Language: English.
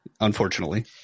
Unfortunately